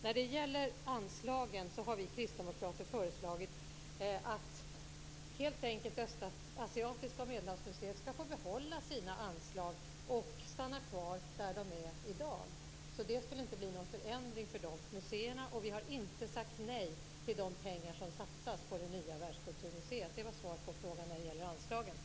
När det gäller anslagen har vi kristdemokrater föreslagit att Östasiatiska museet och Medelhavsmuseet helt enkelt skall få behålla sina anslag och stanna kvar där de ligger i dag. Det skulle alltså inte bli någon förändring för dessa museer, och vi har inte sagt nej till de pengar som fattas för det nya världskulturmuseet. Det var svar på frågan om anslagen.